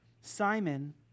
Simon